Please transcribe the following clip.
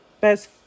best